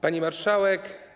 Pani Marszałek!